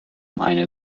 eine